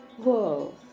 Whoa